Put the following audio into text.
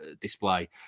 display